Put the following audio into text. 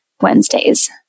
Wednesdays